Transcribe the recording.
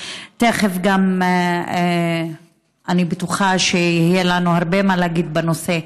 תכף אני בטוחה שיהיה לנו הרבה מה להגיד בנושא.